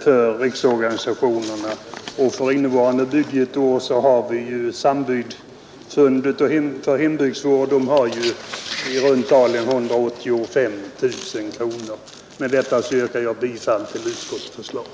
för riksorganisationerna. För innevarande budgetår har ju Samfundet för hembygdsvård fått anslag på i runt tal 185 000 kronor. Med det anförda yrkar jag bifall till utskottets förslag.